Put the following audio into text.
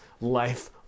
life